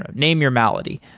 ah name your malady.